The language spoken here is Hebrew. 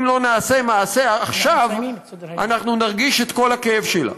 אם לא נעשה מעשה עכשיו אנחנו נרגיש את כל הכאב שלה.